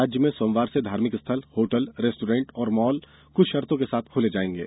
राज्य में सोमवार से धार्मिक स्थल होटल रेस्टोरेंट और मॉल कुछ शर्तों के साथ खोले जायेंगे